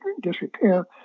disrepair